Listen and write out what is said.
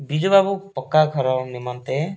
ବିଜୁ ବାବୁ ପକ୍କାଘର ନିମନ୍ତେ